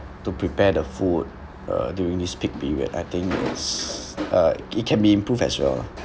to prepare the food uh during this peak period I think it's uh it can be improve as well lah